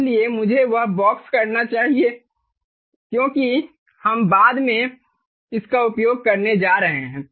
इसलिए मुझे वह बॉक्स करना चाहिए क्योंकि हम बाद में इसका उपयोग करने जा रहे हैं